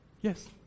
Yes